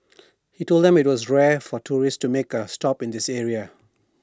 he told them that IT was rare for tourists to make A stop at this area